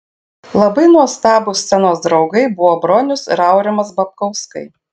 labai nuostabūs scenos draugai buvo bronius ir aurimas babkauskai